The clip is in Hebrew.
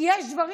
כי יש דברים,